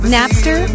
Napster